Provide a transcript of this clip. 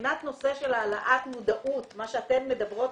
מבחינת נושא של העלאת מודעות, מה שאתן מדברות,